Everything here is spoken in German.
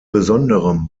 besonderem